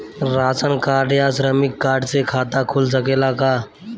Ration card या श्रमिक card से खाता खुल सकेला का?